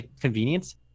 convenience